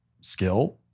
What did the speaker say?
skill